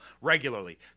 regularly